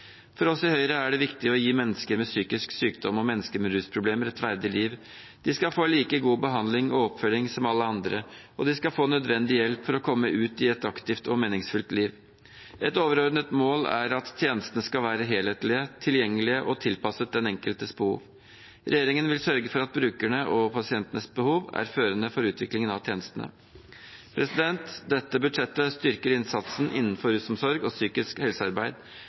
For oss i Høyre er det viktig å gi mennesker med psykisk sykdom og mennesker med rusproblemer et verdig liv. De skal få like god behandling og oppfølging som alle andre, og de skal få nødvendig hjelp for å komme ut i et aktivt og meningsfylt liv. Et overordnet mål er at tjenestene skal være helhetlige, tilgjengelige og tilpasset den enkeltes behov. Regjeringen vil sørge for at brukerne og pasientenes behov er førende for utviklingen av tjenestene. Dette budsjettet styrker innsatsen innenfor rusomsorg og psykisk helsearbeid.